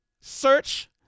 search